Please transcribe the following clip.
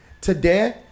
Today